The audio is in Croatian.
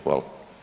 Hvala.